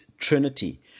trinity